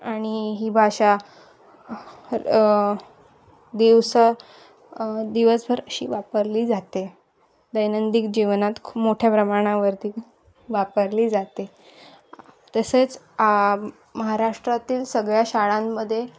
आणि ही भाषा दिवसं दिवसभर अशी वापरली जाते दैनंदिन जीवनात खूप मोठ्या प्रमाणावरती वापरली जाते तसेच महाराष्ट्रातील सगळ्या शाळांमध्ये